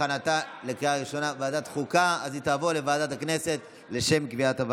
לוועדה שתקבע ועדת הכנסת נתקבלה.